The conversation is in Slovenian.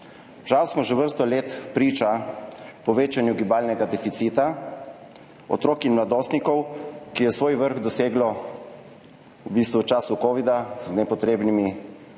Žal smo že vrsto let priča povečanju gibalnega deficita otrok in mladostnikov, ki je svoj vrh doseglo v času kovida z nepotrebnimi ukrepi,